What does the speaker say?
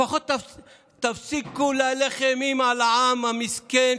לפחות תפסיקו להלך אימים על העם המסכן,